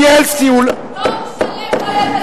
שאני מייחס לו תכונות מנהיגותיות מהמדרגה הראשונה,